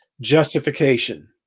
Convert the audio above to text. justification